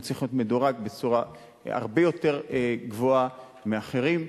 הוא צריך להיות מדורג בצורה הרבה יותר גבוהה מאחרים.